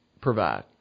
provide